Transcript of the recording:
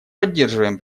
поддерживаем